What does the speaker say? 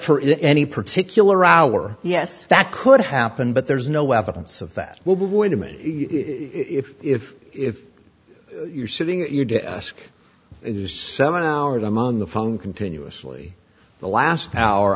for any particular hour yes that could happen but there's no evidence of that well wait a minute if if if you're sitting at your desk seven hours among the phone continuously the last